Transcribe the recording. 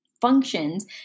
functions